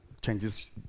Changes